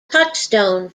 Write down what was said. touchstone